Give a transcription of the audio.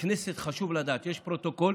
הכנסת, חשוב לדעת, יש בה פרוטוקול